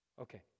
Okay